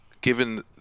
given